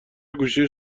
گوشی